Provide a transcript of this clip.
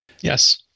Yes